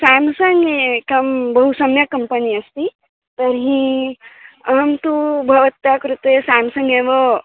Samsung एकं बहु सम्यक् कम्पनी अस्ति तर्हि अहं तु भवत्या कृते सेम्सङ्ग् एव